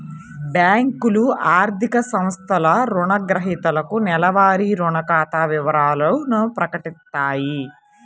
బ్యేంకులు, ఆర్థిక సంస్థలు రుణగ్రహీతలకు నెలవారీ రుణ ఖాతా వివరాలను ప్రకటిత్తాయి